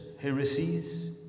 heresies